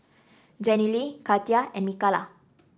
Jenilee Katia and Mikalah